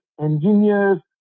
engineers